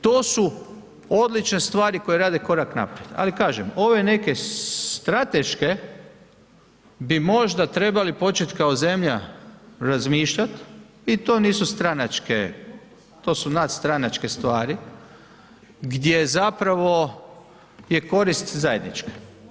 To su odlične stvari koje rade korak naprijed, ali kažem ove neke strateške bi možda trebali početi kao zemlja razmišljat i to nisu stranačke, to su nadstranačke stvari gdje zapravo je korist zajednička.